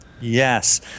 Yes